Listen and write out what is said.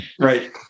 Right